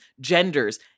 genders